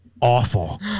awful